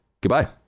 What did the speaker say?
goodbye